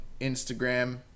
Instagram